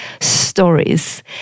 stories